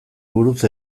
buruz